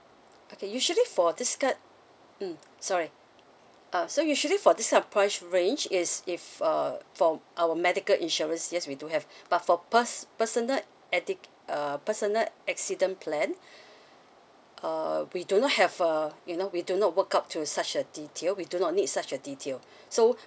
okay usually for this kind mm sorry uh so usually for this kind of price range is if uh for our medical insurance yes we do have but for pers~ personal addict uh personal accident plan uh we do not have a you know we do not work up to such a detail we do not need such a detail so